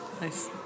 Nice